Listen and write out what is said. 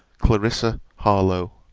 clarissa harlowe.